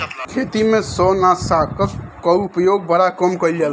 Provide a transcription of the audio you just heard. खेती में शैवालनाशक कअ उपयोग बड़ा कम कइल जाला